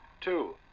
Two